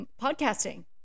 Podcasting